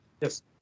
Yes